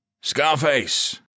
Scarface